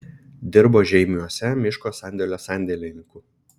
dirbo žeimiuose miško sandėlio sandėlininku